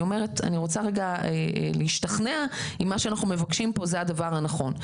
אני רוצה להשתכנע אם מה שאנחנו מבקשים כאן הוא הדבר הנכון.